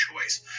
choice